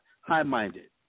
high-minded